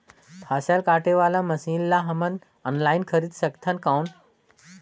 फसल काटे वाला मशीन ला हमन ऑनलाइन खरीद सकथन कौन?